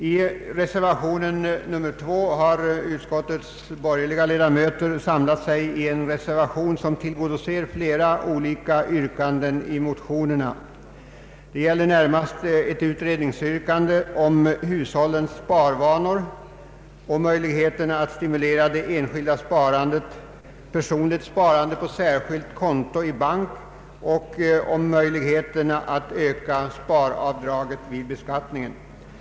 I reservationen II har utskottets ledamöter från oppositionen samlat sig kring ett förslag som tillgodoser olika motionsyrkanden. Det gäller närmast ett utredningsyrkande om hushållens sparvanor, möjligheterna att stimulera personligt sparande på särskilt konto i bank och möjligheterna att höja sparavdraget vid beskattningen.